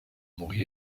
mourir